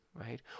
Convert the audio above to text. Right